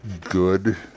good